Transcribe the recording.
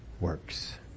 works